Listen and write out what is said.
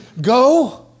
go